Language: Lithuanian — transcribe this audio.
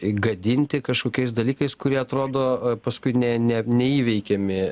gadinti kažkokiais dalykais kurie atrodo paskui ne ne neįveikiami